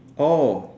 oh